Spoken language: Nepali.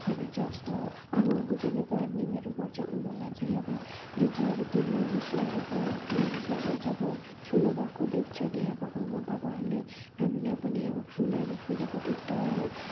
हामी जस्तो अब जसले गार्डनिङहरू गर्छ उनीहरूलाई चाहिँ अब जुन चाहिँ अब नानी स्याहारेको जब ठुलो भएको देख्छ नि अब आमाबाबाहरूले हामीलाई पनि अब फुलहरू फुलेको देख्दा है